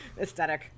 aesthetic